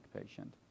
patient